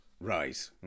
Right